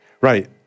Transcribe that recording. right